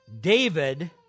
David